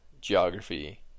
geography